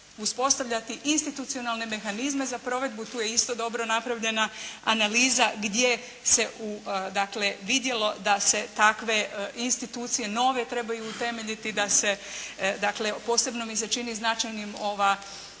uspostavljati institucionalne mehanizme za provedbu, tu je isto dobro napravljena analiza gdje se dakle vidjelo da se takve institucije nove trebaju utemeljiti, da se dakle posebno mi se čini značajnim ova